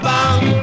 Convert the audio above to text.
Bang